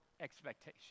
expectation